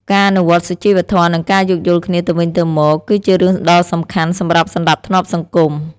ការអនុវត្តន៍សុជីវធម៌និងការយោគយល់គ្នាទៅវិញទៅមកគឺជារឿងដ៏សំខាន់សម្រាប់សណ្តាប់ធ្នាប់សង្គម។